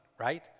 right